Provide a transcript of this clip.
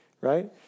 Right